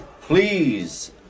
please